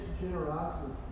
generosity